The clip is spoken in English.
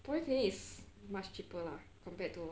polyclinic is much cheaper lah compared to